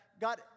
God